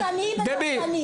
--- דורסני ותוקפני.